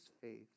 faith